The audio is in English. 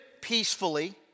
peacefully